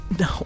No